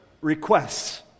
requests